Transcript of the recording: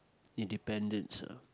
independence ah